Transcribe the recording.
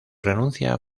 renuncia